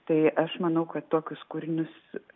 tai aš manau kad tokius kūrinius